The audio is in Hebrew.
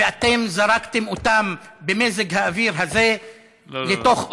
ואתם זרקתם אותם במזג האוויר הזה לתוך אוהל.